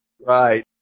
Right